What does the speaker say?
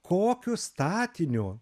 kokiu statiniu